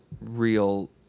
real